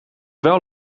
wel